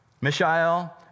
Mishael